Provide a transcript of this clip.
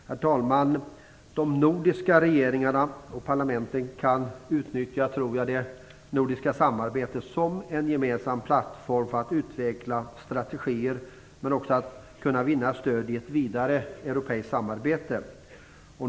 Herr talman! De nordiska regeringarna och parlamenten kan utnyttja det nordiska samarbetet som en gemensam plattform för att utveckla strategier, men också för att vinna stöd i ett vidare europeiskt samarbete.